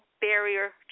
barrier